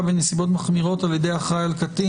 בנסיבות מחמירות על ידי אחראי על קטין),